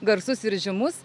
garsus ir žymus